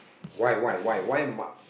why why why why ma